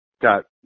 got